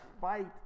fight